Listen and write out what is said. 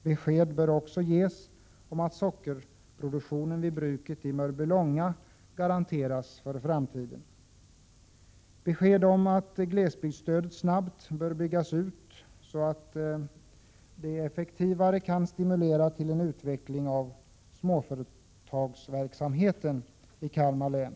Besked bör också ges om att sockerproduktionen vid bruket i Mörbylånga garanteras för framtiden. Dessutom behövs det besked om att glesbygdsstödet snabbt bör byggas ut, så att det effektivare kan stimulera till utveckling av småföretagsverksamheten i Kalmar län.